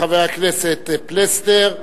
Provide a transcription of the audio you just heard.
חבר הכנסת פלסנר,